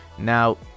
now